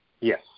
Yes